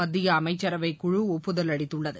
மத்திய அமைச்சரவைக்குழு ஒப்புதல் அளித்துள்ளது